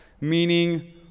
meaning